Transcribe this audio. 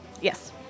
Yes